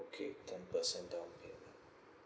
okay ten percent downpayment